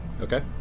okay